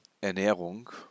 Ernährung